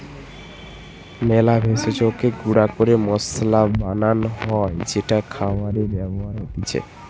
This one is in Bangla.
মেলা ভেষজকে গুঁড়া ক্যরে মসলা বানান হ্যয় যেটা খাবারে ব্যবহার হতিছে